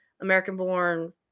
American-born